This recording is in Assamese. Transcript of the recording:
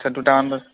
আচ্ছা দুটামান